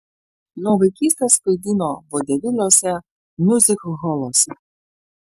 nuo vaikystės vaidino vodeviliuose miuzikholuose